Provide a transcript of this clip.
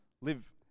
live